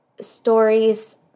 stories